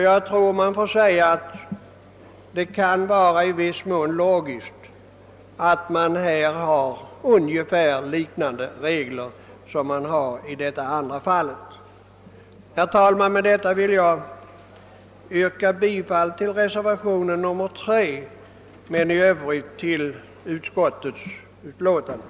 Jag tror att det i viss mån kan vara logiskt att här ha ungefär liknande regler som i detta andra fall. Herr talman! Med det anförda vill jag yrka bifall till reservation 3 och i övrigt till utskottets hemställan.